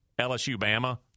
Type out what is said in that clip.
LSU-Bama